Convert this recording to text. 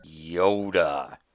Yoda